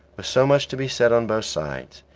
with so much to be said on both sides,